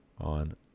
on